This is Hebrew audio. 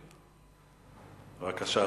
אדוני, בבקשה.